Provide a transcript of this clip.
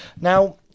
Now